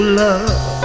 love